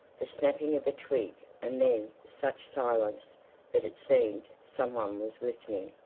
the snapping of a twig and then such silence that it seemed some one was listening.